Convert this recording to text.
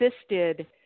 assisted